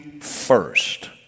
first